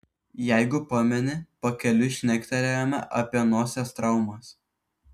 jeigu pameni pakeliui šnektelėjome apie nosies traumas